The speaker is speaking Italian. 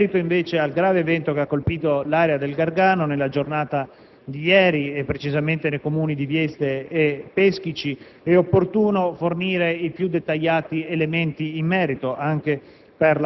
Riguardo invece al grave evento che ha colpito l'area del Gargano nella giornata di ieri, e precisamente nei comuni di Vieste e Peschici, è opportuno fornire i più dettagliati elementi in merito, anche